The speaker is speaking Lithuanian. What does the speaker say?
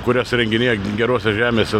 kurias įrenginėja gerose žemėse